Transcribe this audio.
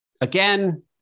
Again